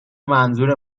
منظور